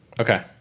Okay